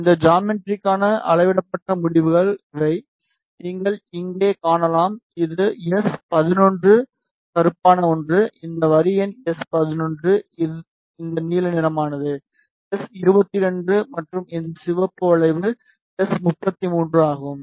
எனவே இந்த ஜாமெட்ரிக்கான அளவிடப்பட்ட முடிவுகள் இவை நீங்கள் இங்கே காணலாம் இது எஸ்11 கருப்பான ஒன்று இந்த வரி எஸ்11 இந்த நீல நிறமானது எஸ்22 மற்றும் இந்த சிவப்பு வளைவு எஸ்33 ஆகும்